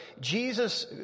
Jesus